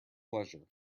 pleasure